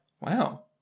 Wow